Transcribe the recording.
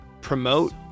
promote